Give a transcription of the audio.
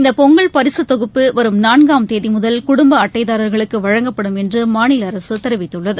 இந்த பொங்கல் பரிசு தொகுப்பு வரும் நான்காம் தேதி முதல் குடும்ப அட்டைதாரர்களுக்கு வழங்கப்படும் என்று மாநில அரசு தெரிவித்துள்ளது